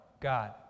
God